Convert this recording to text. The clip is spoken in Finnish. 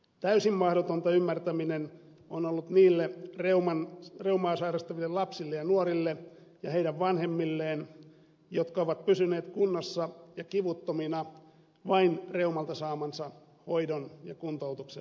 täysin mahdotonta ymmärtäminen on ollut niille reumaa sairastaville lapsille ja nuorille ja heidän vanhemmilleen jotka ovat pysyneet kunnossa ja kivuttomina vain reumalta saamansa hoidon ja kuntoutuksen ansiosta